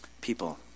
people